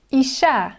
isha